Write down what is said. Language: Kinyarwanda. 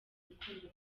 urukundo